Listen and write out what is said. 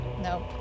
Nope